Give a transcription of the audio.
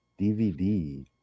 DVD